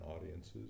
audiences